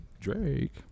Drake